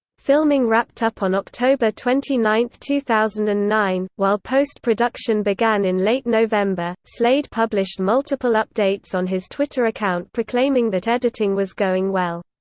filming wrapped up on october twenty nine, two thousand and nine, while post-production began in late november. slade published multiple updates on his twitter account proclaiming that editing was going well.